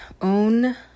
own